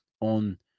on